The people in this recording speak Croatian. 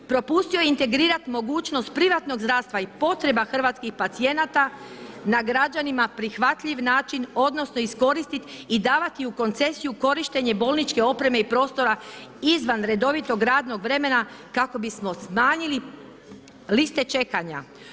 Propustio je integrirat mogućnost privatnog zdravstva i potreba hrvatskih pacijenata na građanima prihvatljiv način, odnosno iskoristit i davati u koncesiju korištenje bolničke opreme i prostora izvan redovitog radnog vremena kako bismo smanjili liste čekanja.